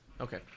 Okay